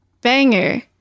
banger